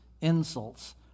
insults